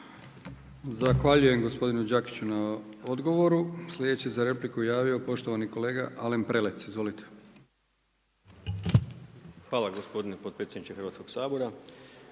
lijepa poštovani potpredsjedniče Hrvatskog sabora.